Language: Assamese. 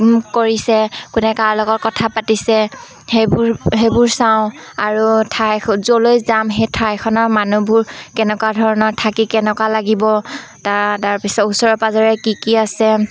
কৰিছে কোনে কাৰ লগত কথা পাতিছে সেইবোৰ সেইবোৰ চাওঁ আৰু ঠাই য'লৈ যাম সেই ঠাইখনৰ মানুহবোৰ কেনেকুৱা ধৰণৰ থাকি কেনেকুৱা লাগিব তাৰ তাৰপিছত ওচৰে পাঁজৰে কি কি আছে